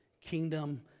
kingdom